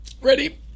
Ready